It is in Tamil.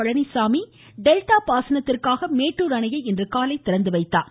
பழனிசாமி டெல்டா பாசனத்திற்காக மேட்டூர் அணையை இன்று காலை திறந்து வைத்தார்